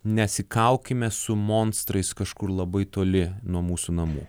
nesikaukime su monstrais kažkur labai toli nuo mūsų namų